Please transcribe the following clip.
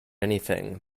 anything